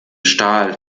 stahl